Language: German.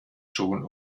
schon